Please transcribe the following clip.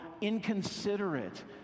inconsiderate